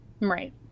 right